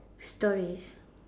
stories